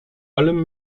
allem